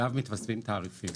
עליו מתווספים תעריפים